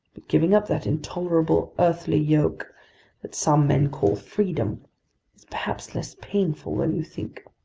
giving up that intolerable earthly yoke that some men call freedom is perhaps less painful than you think!